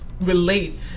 relate